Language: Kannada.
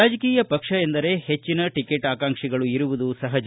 ರಾಜಕೀಯ ಪಕ್ಷ ಎಂದರೆ ಹೆಚ್ಚಿನ ಟಿಕೆಟ್ ಆಕಾಂಕ್ಷಿಗಳು ಇರುವುದು ಸಹಜ